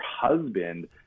husband